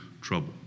trouble